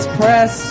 press